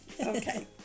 Okay